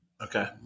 okay